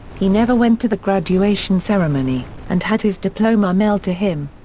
he never went to the graduation ceremony, and had his diploma mailed to him.